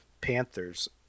panthers